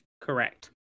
Correct